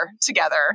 together